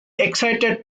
exciting